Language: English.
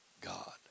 God